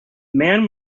man